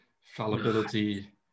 fallibility